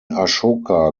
ashoka